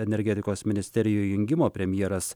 energetikos ministerijų jungimo premjeras